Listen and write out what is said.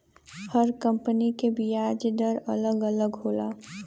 हर company के बियाज दर अलग अलग होला